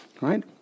right